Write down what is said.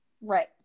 Right